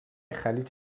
خلیج